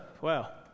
Wow